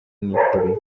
nikoreye